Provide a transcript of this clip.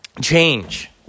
change